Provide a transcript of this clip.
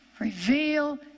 Reveal